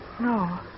No